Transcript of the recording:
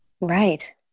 Right